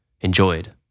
enjoyed